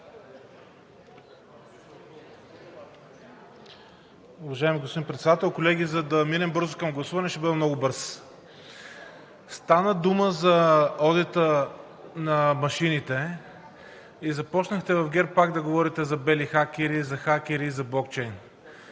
Уважаеми господин Председател, колеги! За да минем бързо към гласуване, ще бъда много бърз. Стана дума за одита на машините и започнахте в ГЕРБ пак да говорите за бели хакери, за хакери и за блокчейн.